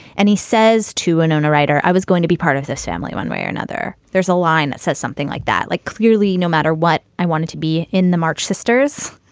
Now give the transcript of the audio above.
and he says to and own a writer, i was going to be part of this family one way or another. there's a line that says something like that. like, clearly, no matter what i wanted to be in the march sisters.